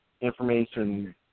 information